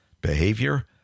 Behavior